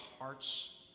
hearts